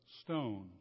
stone